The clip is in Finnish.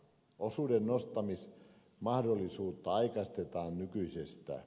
osuuden nostamismahdollisuutta aikaistetaan nykyisestä